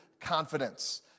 confidence